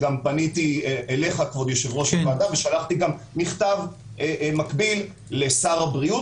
פניתי אליך כבוד יושב ראש הוועדה ושלחתי גם מכתב מקביל לשר הבריאות